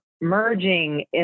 merging